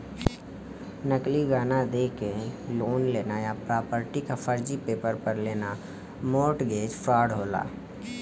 नकली गहना देके लोन लेना या प्रॉपर्टी क फर्जी पेपर पर लेना मोर्टगेज फ्रॉड होला